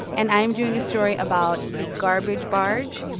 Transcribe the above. and i'm doing a story about the garbage barge.